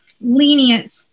lenient